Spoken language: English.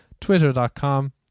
twitter.com